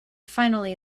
finally